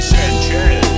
Sanchez